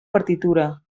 partitura